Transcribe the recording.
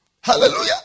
Hallelujah